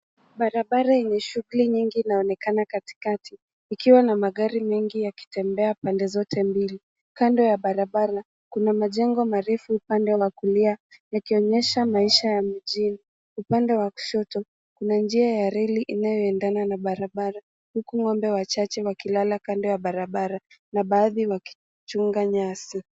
Barabara yenye shughuli nyingi inaonekana katikati, ikiwa na magari mengi yakitembea pande zote mbili. Kando ya barabara kuna majengo marefu upande wa kulia yakionyesha maisha ya mjini. Upande wa kushoto kuna njia ya reli inayoendana na barabara .Huku ng'ombe wachache wakilala kando ya barabara na baadhi wakichunga nyasi.